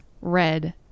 Red